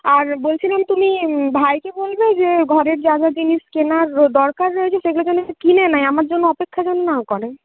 আর বলছিলাম তুমি ভাইকে বলবে যে ঘরের যা যা জিনিস কেনার ও দরকার রয়েছে সেগুলো যেন কিনে নেয় আমার জন্য অপেক্ষা যেন না করে